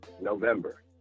November